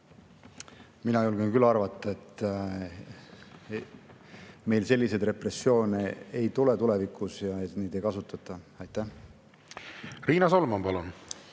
Mina julgen küll arvata, et meil selliseid repressioone ei tule tulevikus ja neid ei kasutata. Riina Solman, palun!